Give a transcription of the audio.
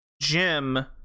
Jim